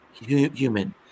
human